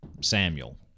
Samuel